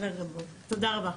תודה רבה.